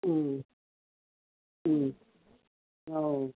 ꯎꯝ ꯎꯝ ꯑꯧ